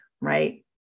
Right